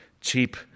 cheap